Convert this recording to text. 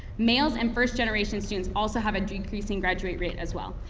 males and first generation students also have a decreasing graduate rate as well.